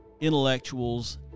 intellectuals